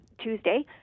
Tuesday